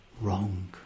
wrong